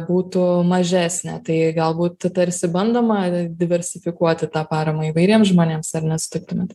būtų mažesnė tai galbūt tarsi bandoma diversifikuoti tą paramą įvairiems žmonėms ar nesutiktumėt